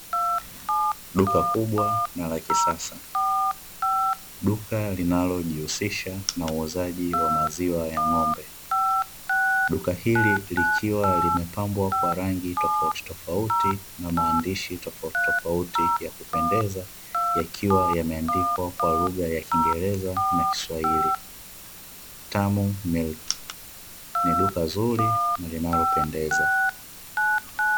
Duka kubwa na la kisasa duka linalojihusisha na uuzaji wa maziwa ya ng'ombe duka hili likiwa limepambwa kwa rangi tofautitofauti na maandishi tofautitofauti ya kupendeza, yakiwa yameandikwa kwa lugha ya kiiingereza na kiswahili "TAMU MILK" ni duka zuri na la kupendeza.